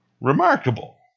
Remarkable